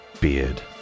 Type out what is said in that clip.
beard